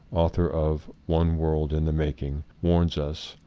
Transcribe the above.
author of one world in the making, warns us,